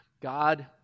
God